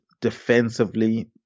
defensively